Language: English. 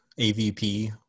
AVP